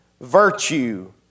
virtue